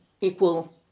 equal